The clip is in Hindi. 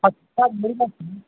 अच्छा मेरी बात सुनो